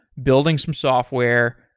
building some software,